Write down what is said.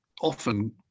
often